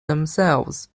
themselves